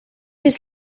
his